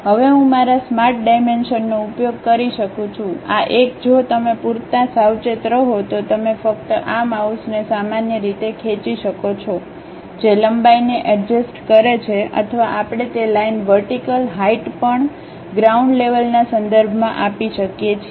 હવે હું મારા સ્માર્ટ ડાયમેન્શનનો ઉપયોગ કરી શકું છું આ એક જો તમે પૂરતા સાવચેત રહો તો તમે ફક્ત આ માઉસને સામાન્ય રીતે ખેંચી શકો છો જે લંબાઈને અડજસ્ત કરે છે અથવા આપણે તે લાઈન વર્ટિકલ હાઈટ પણ ગ્રાઉન્ડ લેવલના સંદર્ભમાં આપી શકીએ છીએ